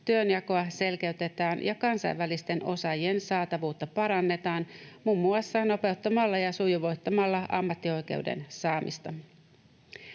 työnjakoa selkeytetään ja kansainvälisten osaajien saatavuutta parannetaan muun muassa nopeuttamalla ja sujuvoittamalla ammattioikeuden saamista.